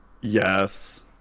Yes